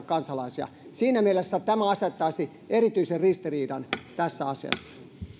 kansalaisia siinä mielessä tämä asettaisi erityisen ristiriidan tässä asiassa